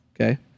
okay